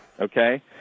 okay